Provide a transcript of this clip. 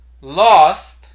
lost